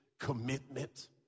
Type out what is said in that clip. commitment